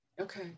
okay